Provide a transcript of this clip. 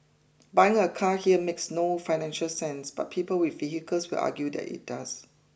buying a car here makes no financial sense but people with vehicles will argue that it does